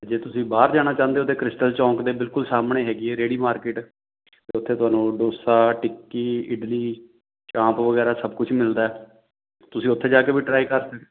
ਜੇ ਤੁਸੀਂ ਬਾਹਰ ਜਾਣਾ ਚਾਹੁੰਦੇ ਹੋ ਅਤੇ ਕ੍ਰਿਸਟਲ ਚੌਂਕ ਦੇ ਬਿਲਕੁਲ ਸਾਹਮਣੇ ਹੈਗੀ ਰੇਹੜੀ ਮਾਰਕੀਟ ਉੱਥੇ ਤੁਹਾਨੂੰ ਡੋਸਾ ਟਿੱਕੀ ਇਡਲੀ ਚਾਂਪ ਵਗੈਰਾ ਸਭ ਕੁਛ ਮਿਲਦਾ ਤੁਸੀਂ ਉੱਥੇ ਜਾ ਕੇ ਵੀ ਟਰਾਈ ਕਰ ਸਕ